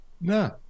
no